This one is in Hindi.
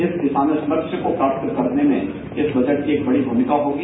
इस लक्ष्य को प्राप्त करने में इस बजट की बड़ी भूमिका होगी